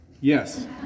Yes